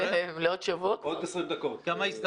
בעוד 20 דקות.